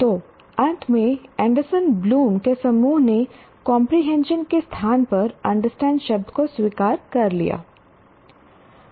तो अंत में एंडरसन ब्लूम के समूह ने कंप्रीहेंशन के स्थान पर अंडरस्टैंड शब्द को स्वीकार कर लिया है